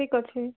ଠିକ୍ ଅଛି